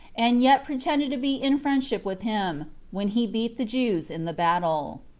and yet pretended to be in friendship with him, when he beat the jews in the battle.